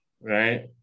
right